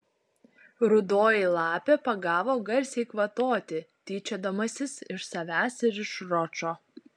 rudoji lapė pagavo garsiai kvatoti tyčiodamasis iš savęs ir iš ročo